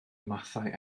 mathau